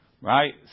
Right